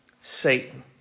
Satan